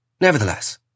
Nevertheless